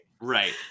right